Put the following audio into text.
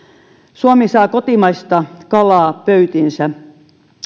suomi saa kotimaista kalaa pöytiinsä